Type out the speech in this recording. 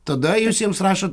tada jūs jiems rašot